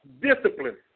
discipline